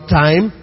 time